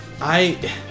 I-